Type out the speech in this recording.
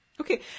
Okay